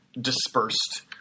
dispersed